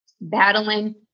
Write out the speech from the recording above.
battling